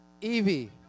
Evie